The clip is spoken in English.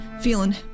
feeling